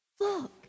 Look